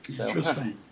interesting